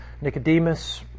Nicodemus